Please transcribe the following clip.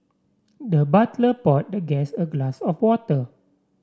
the butler poured the guest a glass of water